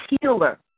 healer